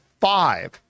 five